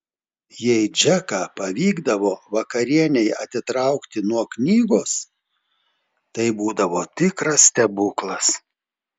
jei džeką pavykdavo vakarienei atitraukti nuo knygos tai būdavo tikras stebuklas